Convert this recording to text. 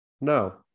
No